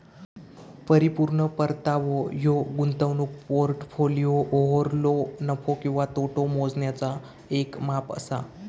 परिपूर्ण परतावो ह्यो गुंतवणूक पोर्टफोलिओवरलो नफो किंवा तोटो मोजण्याचा येक माप असा